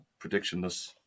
predictionless